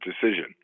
decision